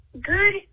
good